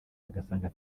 agasanga